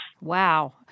Wow